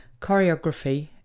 choreography